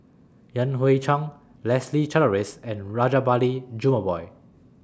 Yan Hui Chang Leslie Charteris and Rajabali Jumabhoy